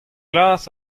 glas